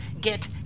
get